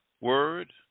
word